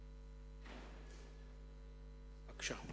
בבקשה.